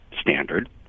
standard